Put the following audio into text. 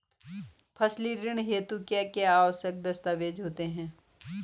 फसली ऋण हेतु क्या क्या आवश्यक दस्तावेज़ होते हैं?